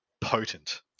potent